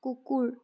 কুকুৰ